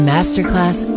Masterclass